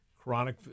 chronic